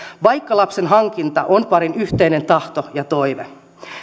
vaikka lapsen hankinta on parin yhteinen tahto ja toive